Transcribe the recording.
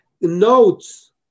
notes